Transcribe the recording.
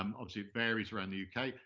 um obviously, it varies around the uk.